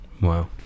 Wow